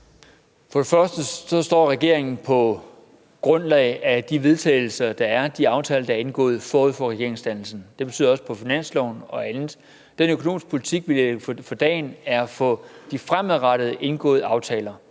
For det første står regeringen på et grundlag af de vedtagelser og aftaler, der er lavet og indgået forud for regeringsdannelsen. Det gælder også for finansloven. Den økonomiske politik, vi lægger for dagen, er baseret på de fremadrettet indgåede aftaler.